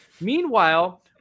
Meanwhile